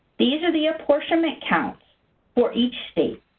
these are the apportionment counts for each state.